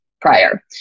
prior